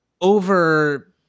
Over